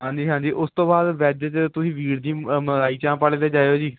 ਹਾਂਜੀ ਹਾਂਜੀ ਉਸ ਤੋਂ ਬਾਅਦ ਵੈਜ 'ਚ ਤੁਸੀਂ ਵੀਰ ਜੀ ਮ ਮਲਾਈ ਚਾਪ ਵਾਲੇ ਦੇ ਜਾਇਓ ਜੀ